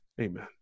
Amen